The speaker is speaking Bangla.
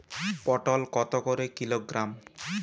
পটল কত করে কিলোগ্রাম?